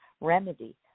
Remedy